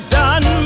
done